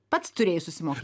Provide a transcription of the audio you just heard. pats turėjai susimok